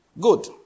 Good